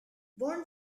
born